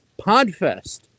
PodFest